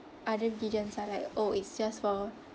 other religions are like oh it's just for